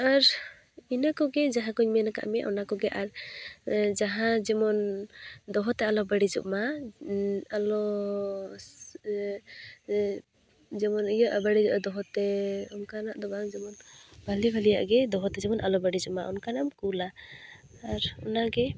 ᱟᱨ ᱤᱱᱟᱹᱠᱚ ᱜᱮ ᱡᱟᱦᱟᱸ ᱠᱚᱧ ᱢᱮᱱᱠᱟᱜ ᱢᱮᱭᱟ ᱚᱱᱟᱠᱚᱜᱮ ᱟᱨ ᱡᱟᱦᱟᱸ ᱡᱮᱢᱚᱱ ᱫᱚᱦᱚᱛᱮ ᱟᱞᱚ ᱵᱟᱹᱲᱤᱡᱚᱜ ᱢᱟ ᱟᱞᱚᱻ ᱡᱮᱢᱚᱱ ᱤᱭᱟᱹᱜᱼᱟ ᱵᱟᱹᱲᱤᱡᱚᱜᱼᱟ ᱫᱚᱦᱚᱛᱮ ᱚᱱᱠᱟᱱᱟᱜ ᱫᱚ ᱵᱟᱝ ᱡᱮᱢᱚᱱ ᱵᱷᱟᱞᱮ ᱵᱷᱟᱞᱮᱭᱟᱜ ᱜᱮ ᱫᱚᱦᱚᱛᱮ ᱡᱮᱢᱚᱱ ᱟᱞᱚ ᱵᱟᱹᱲᱤᱡᱚᱜ ᱢᱟ ᱚᱱᱟᱜᱼᱮᱢ ᱠᱳᱞᱟ ᱟᱨ ᱚᱱᱟᱜᱮ